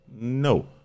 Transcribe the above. No